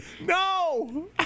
No